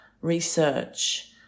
research